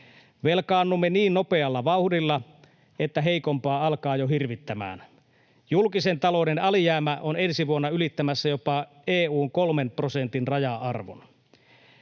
Velkaannumme niin nopealla vauhdilla, että heikompaa alkaa jo hirvittämään. Julkisen talouden alijäämä on ensi vuonna ylittämässä jopa EU:n kolmen prosentin raja-arvon.